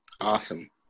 Awesome